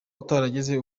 utarigeze